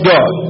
God